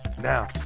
now